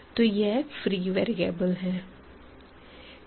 तो यह free variable है